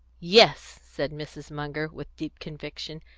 yes, said mrs. munger, with deep conviction,